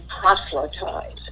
proselytize